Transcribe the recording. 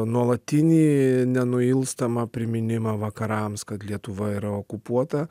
nuolatinį nenuilstamą priminimą vakarams kad lietuva yra okupuota